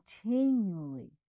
continually